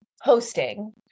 hosting